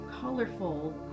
colorful